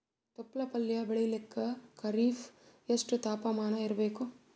ತೊಪ್ಲ ಪಲ್ಯ ಬೆಳೆಯಲಿಕ ಖರೀಫ್ ಎಷ್ಟ ತಾಪಮಾನ ಇರಬೇಕು?